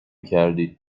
کردید